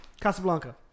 Casablanca